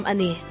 Ani